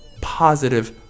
positive